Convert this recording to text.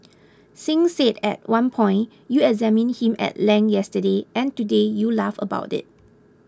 Singh said at one point You examined him at length yesterday and today you laugh about it